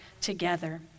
together